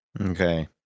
Okay